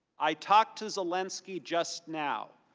i talked to zelensky just now.